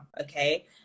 okay